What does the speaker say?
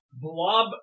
blob